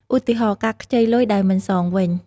ឧទាហរណ៍៍ ការខ្ចីលុយដោយមិនសងវិញ។